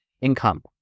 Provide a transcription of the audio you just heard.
income